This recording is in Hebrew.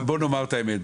בוא נאמר את האמת,